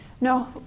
No